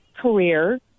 career